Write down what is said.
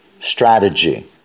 strategy